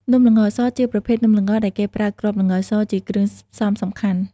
នំល្ងសជាប្រភេទនំល្ងដែលគេប្រើ គ្រាប់ល្ងស ជាគ្រឿងផ្សំសំខាន់។